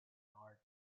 art